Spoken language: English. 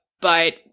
but-